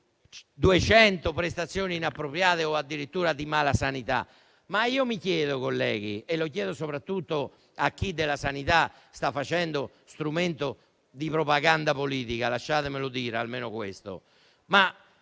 200 prestazioni inappropriate o addirittura casi di malasanità. Ma mi chiedo, colleghi, e chiedo soprattutto a chi della sanità sta facendo strumento di propaganda politica - lasciatemi dire almeno questo -